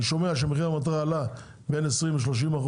אני שומע שמחיר המטרה עלה בין 20% ל-30%